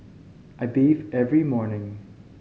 I bathe every morning